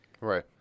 Right